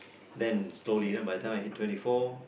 then slowly by the time I hit twenty four